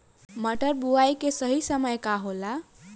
मटर बुआई के सही समय का होला?